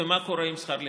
ומה קורה עם שכר הלימוד.